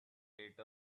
rate